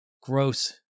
gross